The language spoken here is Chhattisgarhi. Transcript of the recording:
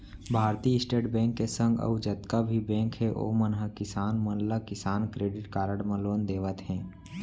भारतीय स्टेट बेंक के संग अउ जतका भी बेंक हे ओमन ह किसान मन ला किसान क्रेडिट कारड म लोन देवत हें